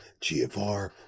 GFR